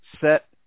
set